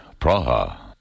Praha